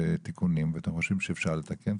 לתיקונים ואתם חושבים שאפשר לתקן,